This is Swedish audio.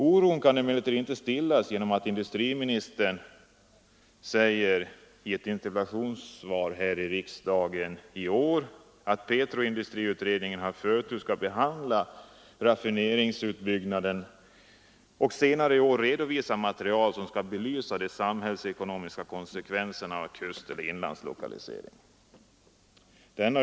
Oron kan inte stillas genom att industriministern i ett interpellationssvar i riksdagen i år säger att petroindustriutredningen med förtur skall behandla raffineringsutbyggnaden och senare i år redovisa material som skall belysa de samhällsekonomiska konsekvenserna av kusteller inlandslokalisering.